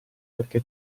perché